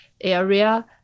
area